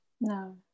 No